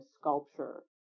sculpture